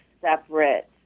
separate